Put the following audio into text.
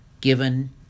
given